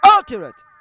Accurate